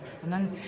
sondern